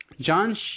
John